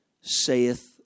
saith